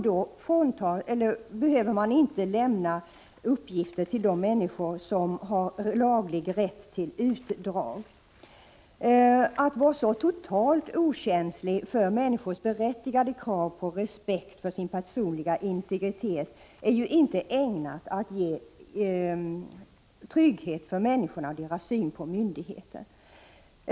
Då behöver man inte lämna uppgifter till de människor som har laglig rätt till utdrag. Att vara så totalt okänslig för människors berättigade krav på respekten för den personliga integriteten är inte ägnat att ge människor trygghet och stärka deras syn på myndigheterna.